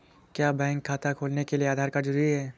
क्या बैंक खाता खोलने के लिए आधार कार्ड जरूरी है?